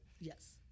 Yes